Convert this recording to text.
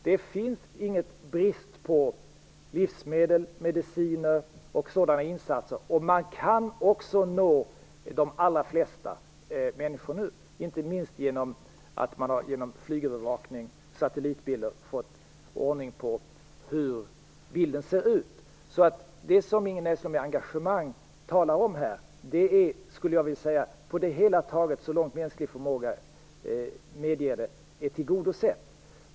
Det finns ingen brist på livsmedel, mediciner och sådana insatser, och man kan nå de allra flesta människor nu, inte minst genom att man genom flygövervakning och satellitbilder fått ordning på hur bilden ser ut. Det som Ingrid Näslund med engagemang talar om här är, skulle jag vilja säga, på det hela taget så långt mänsklig förmåga medger det tillgodosett.